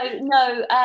no